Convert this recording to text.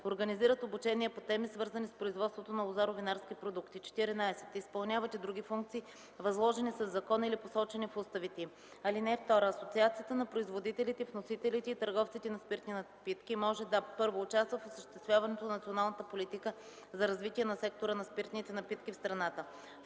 организират обучения по теми, свързани с производството на лозаро-винарски продукти; 14. изпълняват и други функции, възложени със закон или посочени в уставите им. (2) Асоциацията на производителите, вносителите и търговците на спиртни напитки може да: 1. участва в осъществяването на националната политика за развитие на сектора на спиртните напитки в страната;